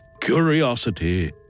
curiosity